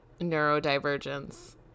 neurodivergence